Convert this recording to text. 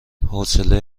حوصله